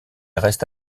reste